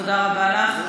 תודה רבה לך.